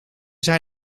zei